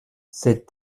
cette